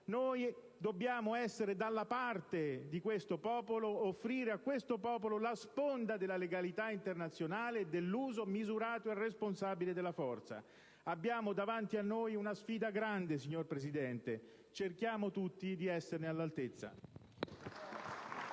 Noi dobbiamo essere dalla parte di questo popolo, offrire a questo popolo la sponda della legalità internazionale e dell'uso misurato e responsabile della forza. Abbiamo davanti a noi una sfida grande, signor Presidente. Cerchiamo tutti di esserne all'altezza.